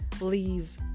leave